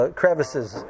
crevices